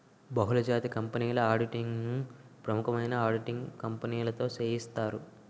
బహుళజాతి కంపెనీల ఆడిటింగ్ ను ప్రముఖమైన ఆడిటింగ్ కంపెనీతో సేయిత్తారు